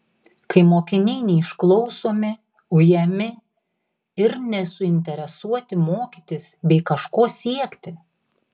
kai mokiniai neišklausomi ujami ir nesuinteresuoti mokytis bei kažko siekti